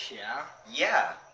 yeah. yeah.